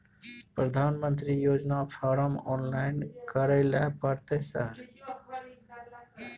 प्रधानमंत्री योजना form online करैले परतै सर?